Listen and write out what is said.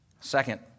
Second